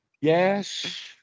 Yes